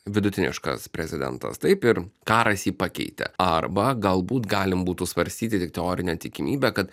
vidutiniškas prezidentas taip ir karas jį pakeitė arba galbūt galim būtų svarstyti tik teorinę tikimybę kad